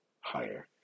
higher